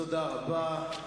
תודה רבה.